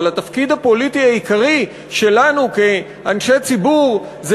אבל התפקיד הפוליטי העיקרי שלנו כאנשי ציבור זה